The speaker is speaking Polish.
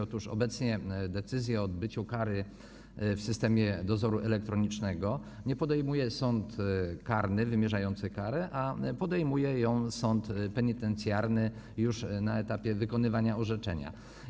Otóż obecnie decyzji o odbyciu kary w systemie dozoru elektronicznego nie podejmuje sąd karny wymierzający karę, a podejmuje ją sąd penitencjarny już na etapie wykonywania orzeczenia.